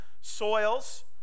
soils